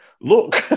look